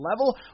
level